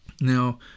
Now